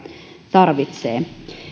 tarvitsevat